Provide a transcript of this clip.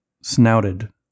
snouted